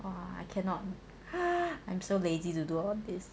!wah! I cannot !huh! I'm so lazy to do all this